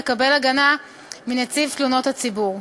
לקבל הגנה מנציב תלונות הציבור.